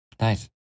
Nice